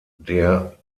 der